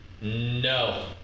No